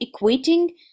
equating